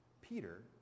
Peter